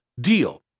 deal